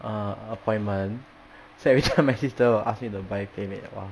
err appointment so every time my sister will ask me to buy playmade !wah!